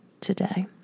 today